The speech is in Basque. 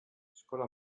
eskola